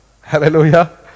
Hallelujah